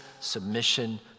submission